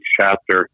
chapter